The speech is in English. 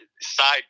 side